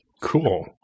Cool